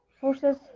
forces